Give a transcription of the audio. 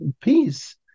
peace